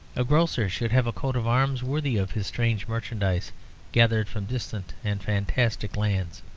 a grocer should have a coat-of-arms worthy of his strange merchandise gathered from distant and fantastic lands